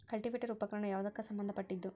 Cultivator ಉಪಕರಣ ಯಾವದಕ್ಕ ಸಂಬಂಧ ಪಟ್ಟಿದ್ದು?